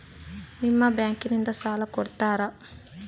ನಿಮ್ಮ ಬ್ಯಾಂಕಿನಿಂದ ಸಾಲ ಕೊಡ್ತೇರಾ?